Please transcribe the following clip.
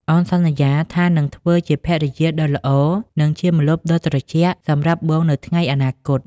អូនសន្យាថានឹងធ្វើជាភរិយាដ៏ល្អ និងជាម្លប់ដ៏ត្រជាក់សម្រាប់បងនៅថ្ងៃអនាគត។